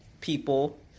people